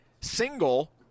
single